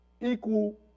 equal